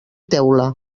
teula